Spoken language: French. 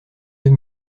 deux